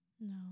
No